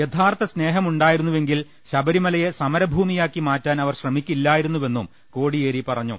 യഥാർഥ സ്നേഹമു ണ്ടായിരുന്നുവെങ്കിൽ ശബരിമലയെ സമരഭൂമിയാക്കി മാറ്റാൻ അ വർ ശ്രമിക്കില്ലായിരുന്നുവെന്നും കോടിയേരി പറഞ്ഞു